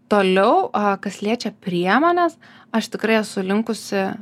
toliau a kas liečia priemones aš tikrai esu linkusi